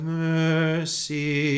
mercy